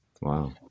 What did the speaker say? Wow